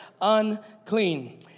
Unclean